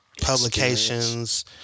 publications